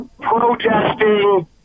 protesting